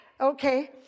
Okay